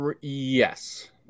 yes